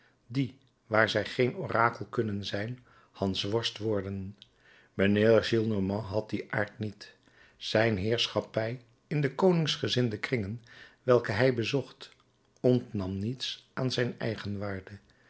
die waar zij geen orakel kunnen zijn hansworst worden mijnheer gillenormand had dien aard niet zijn heerschappij in de koningsgezinde kringen welke hij bezocht ontnam niets aan zijn eigenwaarde